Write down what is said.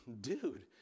dude